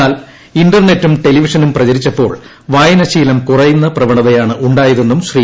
എന്നാൽ ഇന്റർനെറ്റും ടെലിവിഷനും പ്രചരിച്ചപ്പോൾ ്വായനാശീലം കുറയുന്ന പ്രവ ണതയാണ് ഉണ്ടായതെന്നുപ്പശ്രീ